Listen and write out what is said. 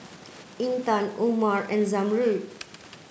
Intan Umar and Zamrud